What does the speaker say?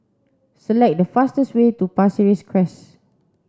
select the fastest way to Pasir Ris Crest